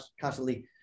constantly